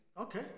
Okay